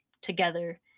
together